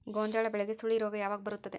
ಗೋಂಜಾಳ ಬೆಳೆಗೆ ಸುಳಿ ರೋಗ ಯಾವಾಗ ಬರುತ್ತದೆ?